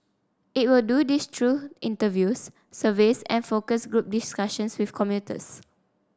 it will do this through interviews surveys and focus group discussions with commuters